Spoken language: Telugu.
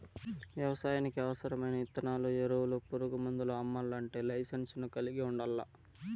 వ్యవసాయానికి అవసరమైన ఇత్తనాలు, ఎరువులు, పురుగు మందులు అమ్మల్లంటే లైసెన్సును కలిగి ఉండల్లా